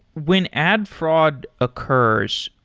when ad fraud occurs,